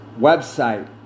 website